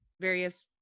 various